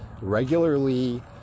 Regularly